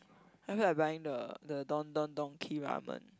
I feel like buying the the Don Don Donki ramen